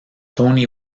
tony